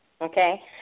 okay